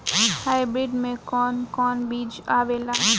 Hybrid में कोवन कोवन बीज आवेला?